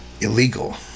Illegal